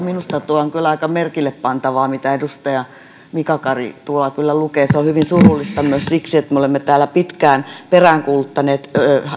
on kyllä aika merkille pantavaa mitä edustaja mika kari tuolla lukee se on hyvin surullista myös siksi että me olemme täällä pitkään peräänkuuluttaneet